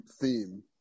theme